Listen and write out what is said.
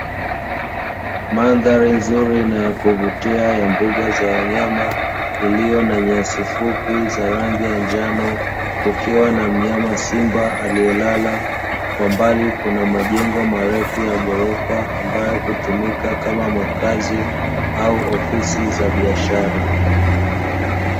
Mandhari nzuri na ya kuvutia ya mbuga za wanyama, iliyo na nyasi fupi za rangi ya njano, ikiwa na mnyama simba aliye lala, kwa mbali kuna majengo marefu ya ghorofa ambayo hutumika kama makazi au ofisi za biashara.